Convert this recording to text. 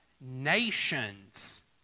nations